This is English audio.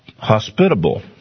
hospitable